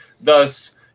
thus